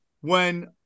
when-